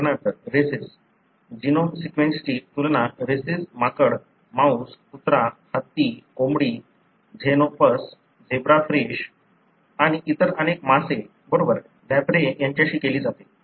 उदाहरणार्थ rhesus genome सीक्वेन्सची तुलना रीसस माकड माऊस कुत्रा हत्ती कोंबडी झेनोपस झेब्रा फिश आणि इतर अनेक मासे बरोबर लॅम्प्रे यांच्याशी केली जाते